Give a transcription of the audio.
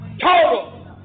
total